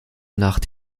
nacht